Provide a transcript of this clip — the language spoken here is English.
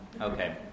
Okay